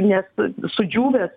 nes sudžiūvęs